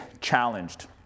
challenged